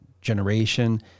generation